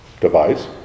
device